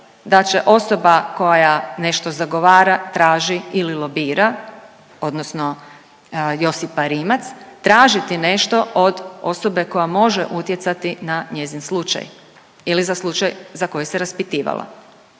da će osoba koja nešto zagovara, traži ili lobira, odnosno Josipa Rimac tražiti nešto od osobe koja može utjecati na njezin slučaj ili za slučaj za koji se raspitivala.